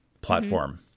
platform